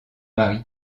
mari